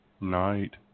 Night